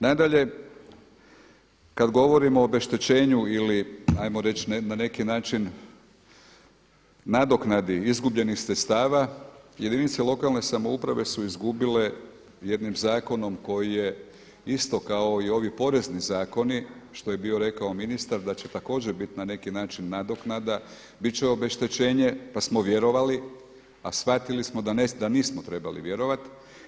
Nadlaje kada govorimo o obeštećenju ili 'ajmo reći na neki način nadoknadi izgubljenih sredstava jedinice lokalne samouprave su izgubile jednim zakonom koji je isto kao i ovi porezni zakoni što je bio rekao ministar da će također biti na neki način nadoknada, biti će obeštećenje pa smo vjerovali a shvatili smo da nismo trebali vjerovati.